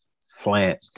slant